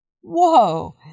Whoa